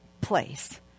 place